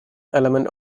element